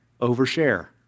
overshare